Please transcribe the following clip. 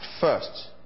first